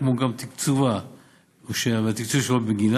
כמו גם תקצוב השעות בגינה,